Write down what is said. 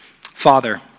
Father